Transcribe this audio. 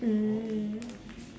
mm